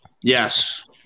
Yes